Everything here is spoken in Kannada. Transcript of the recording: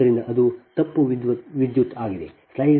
ಆದ್ದರಿಂದ ಅದು ತಪ್ಪು ವಿದ್ಯುತ್ಆಗಿದೆ